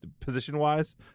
position-wise